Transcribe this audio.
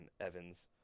evan's